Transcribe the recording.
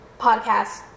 podcast